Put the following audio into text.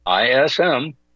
ISM